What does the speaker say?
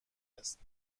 است